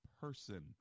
person